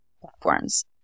platforms